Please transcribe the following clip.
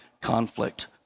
conflict